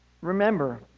Remember